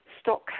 stock